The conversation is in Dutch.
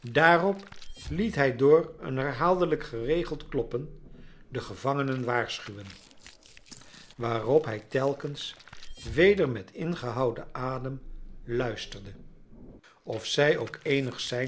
daarop liet hij door een herhaaldelijk geregeld kloppen de gevangenen waarschuwen waarop hij telkens weder met ingehouden adem luisterde of zij ook eenig sein